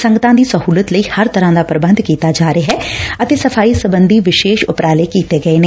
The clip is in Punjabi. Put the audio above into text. ਸੰਗਤਾਂ ਦੀ ਸਹੁਲਤ ਲਈ ਹਰ ਤਰ੍ਹਾਂ ਦਾ ਪ੍ਰਬੰਧ ਕੀਤਾ ਜਾ ਰਿਹਾ ਹੈ ਅਤੇ ਸਫਾਈ ਸਬੰਧੀ ਵਿਸ਼ੇਸ਼ ਉਪਰਾਲੇ ਕੀਤੇ ਗਏ ਨੇ